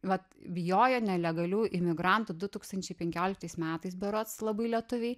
vat bijojo nelegalių imigrantų du tūkstančiai penkioliktais metais berods labai lietuviai